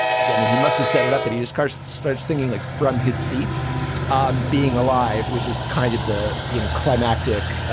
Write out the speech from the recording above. yeah, i mean, he must have set it up. and he was cast. stritch singing like from his seat um being alive, which is kind of the you know climactic,